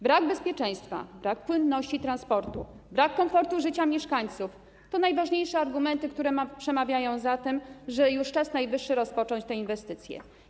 Brak bezpieczeństwa, brak płynności transportu, brak komfortu życia mieszkańców to najważniejsze argumenty, które przemawiają za tym, że już czas najwyższy rozpocząć te inwestycje.